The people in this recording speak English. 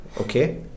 okay